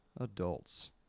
adults